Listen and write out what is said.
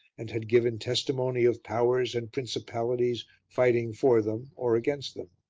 and had given testimony of powers and principalities fighting for them or against them.